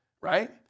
right